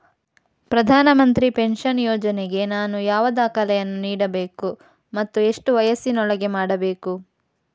ಪ್ರಧಾನ ಮಂತ್ರಿ ಪೆನ್ಷನ್ ಯೋಜನೆಗೆ ನಾನು ಯಾವ ದಾಖಲೆಯನ್ನು ನೀಡಬೇಕು ಮತ್ತು ಎಷ್ಟು ವಯಸ್ಸಿನೊಳಗೆ ಮಾಡಬೇಕು?